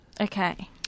Okay